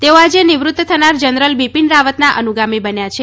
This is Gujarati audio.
તેઓ આજે નિવૃત્ત થનાર બિપીન રાવતના અનુગામી બન્યા છે